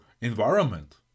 environment